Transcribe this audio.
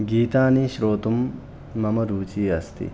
गीतानि श्रोतुं मम रुचिः अस्ति